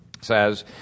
says